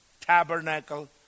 tabernacle